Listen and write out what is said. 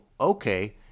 okay